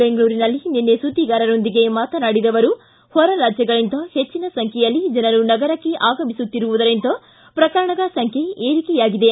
ಬೆಂಗಳೂರಿನಲ್ಲಿ ನಿನ್ನೆ ಸುದ್ದಿಗಾರರೊಂದಿಗೆ ಮಾತನಾಡಿದ ಅವರು ಹೊರ ರಾಜ್ಯಗಳಿಂದ ಹೆಚ್ಚಿನ ಸಂಖ್ಯೆಯಲ್ಲಿ ಜನರು ನಗರಕ್ಕೆ ಆಗಮಿಸುತ್ತಿರುವುದರಿಂದ ಪ್ರಕರಣಗಳ ಸಂಖ್ಯೆ ಏರಿಕೆಯಾಗಿದೆ